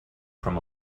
from